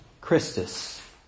Christus